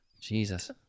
Jesus